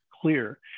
clear